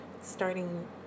starting